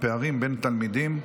אין מתנגדים.